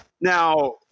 Now